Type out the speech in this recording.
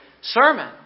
sermon